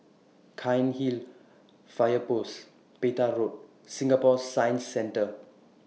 Cairnhill Fire Post Petir Road Singapore Science Centre